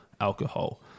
Alcohol